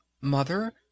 Mother